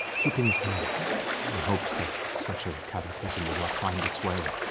keeping tabs in hopes that such a cataclysm would not find its way